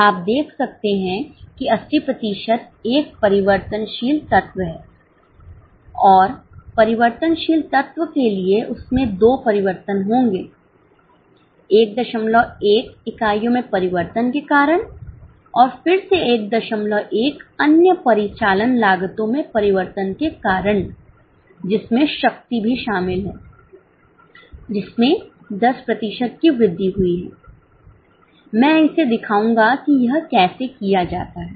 आप देख सकते हैं कि 80 प्रतिशत एक परिवर्तनशील तत्व है और परिवर्तनशील तत्व के लिए उसमें दो परिवर्तन होंगे 11 इकाइयों में परिवर्तन के कारण और फिर से 11 अन्य परिचालन लागतों में परिवर्तन के कारण जिसमें शक्ति भी शामिल है जिसमें 10 प्रतिशत की वृद्धि हुई है मैं इसे दिखाऊंगा कि यह कैसे किया जाता है